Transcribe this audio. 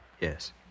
Yes